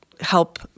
help